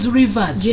rivers